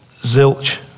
zilch